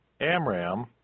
Amram